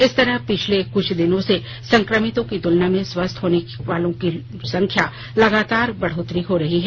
इस तरह पिछले कुछ दिनों से संक्रमितों की तुलना में स्वस्थ होने वाले लोगों की संख्या में लगातार बढोत्तरी हो रही है